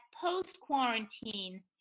post-quarantine